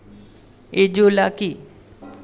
Azolla কি?